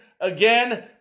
again